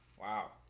wow